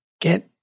Get